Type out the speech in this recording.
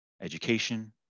education